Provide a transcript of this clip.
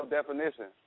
Definition